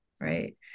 right